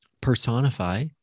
personify